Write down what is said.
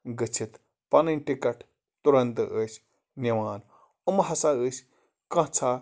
گٔژھِتھ پَنٕنۍ ٹِکَٹ تُلَن تہٕ ٲسۍ نِوان یِم ہسا ٲسۍ کانٛہژاہ